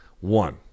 one